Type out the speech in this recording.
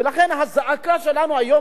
ולכן הזעקה שלנו היום,